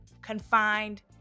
confined